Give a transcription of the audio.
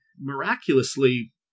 miraculously